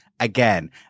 Again